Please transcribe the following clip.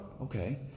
okay